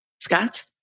Scott